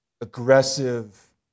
aggressive